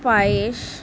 পায়েস